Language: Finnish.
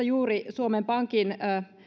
juuri tähän liittyen suomen pankin